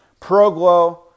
ProGlow